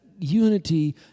unity